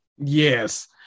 Yes